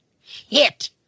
Hit